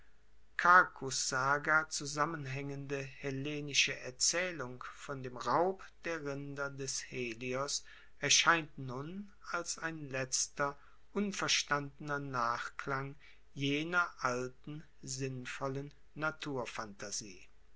zusammenhaengende hellenische erzaehlung von dem raub der rinder des helios erscheint nun als ein letzter unverstandener nachklang jener alten sinnvollen